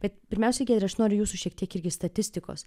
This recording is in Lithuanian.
bet pirmiausiai giedre aš noriu jūsų šiek tiek irgi statistikos